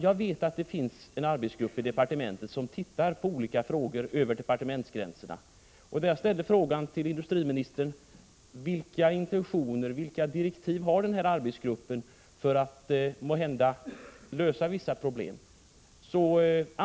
Jag vet att det finns en arbetsgrupp i departementet som över departementsgränserna tittar på olika frågor. Jag frågade industriministern vilka intentioner och direktiv som denna arbetsgrupp har för att, måhända, lösa vissa problem.